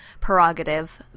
prerogative